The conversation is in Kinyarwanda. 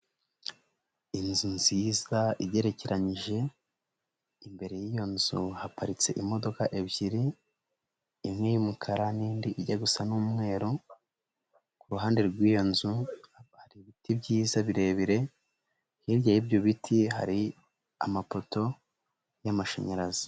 Inzu nziza igerekeranyije imbere y'iyo nzu haparitse imodoka ebyiri imwe y'umukara n'indi ijya gusa n'umweru, ku ruhande rw'iyo nzu hari ibiti byiza birebire, hirya y'ibyo biti hari amapoto y'amashanyarazi.